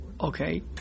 Okay